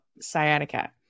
sciatica